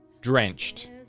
Drenched